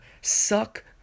Suck